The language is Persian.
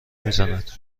میزند